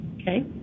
Okay